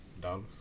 dollars